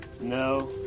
No